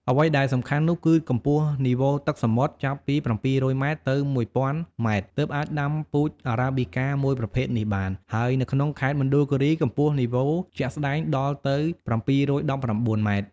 អ្វីដែលសំខាន់នោះ គឺកម្ពស់នីវ៉ូទឹកសមុទ្រចាប់ពី៧០០ម៉ែត្រ ទៅ១០០០ម៉ែត្រទើបអាចដាំពូជ Arabicaមួយប្រភេទនេះបាន ហើយនៅក្នុងខេត្តមណ្ឌលគិរី កម្ពស់នីវ៉ូជាក់ស្តែងដល់ទៅ៧១៩ម៉ែត្រ។